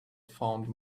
found